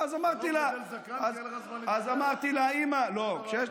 אז אמרתי לה, אימא, ההפך.